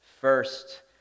First